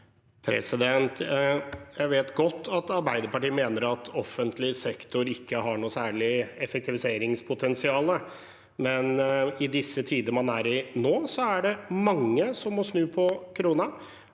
Jeg vet godt at Ar- beiderpartiet mener at offentlig sektor ikke har noe særlig effektiviseringspotensial, men i de tidene man er i nå, er det mange som må snu på krona.